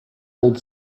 old